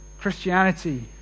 Christianity